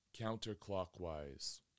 counterclockwise